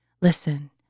Listen